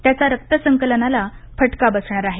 त्याचा रक्त संकलनाला फटका बसणार आहे